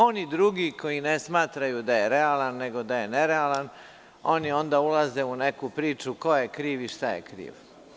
Oni drugi koji ne smatraju da je realan, nego da je nerealan, oni onda ulaze u neku priču – ko je kriv i šta je kriv?